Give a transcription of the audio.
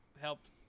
helped –